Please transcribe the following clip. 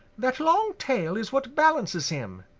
that long tail is what balances him,